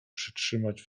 przytrzymać